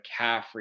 McCaffrey